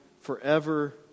forever